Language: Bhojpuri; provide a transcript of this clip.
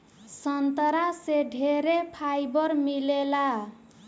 संतरा से ढेरे फाइबर मिलेला